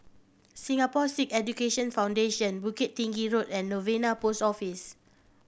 Singapore Sikh Education Foundation Bukit Tinggi Road and Novena Post Office